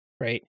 right